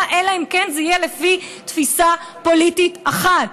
אלא אם כן זה יהיה לפי תפיסה פוליטית אחת,